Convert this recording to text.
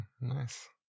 Nice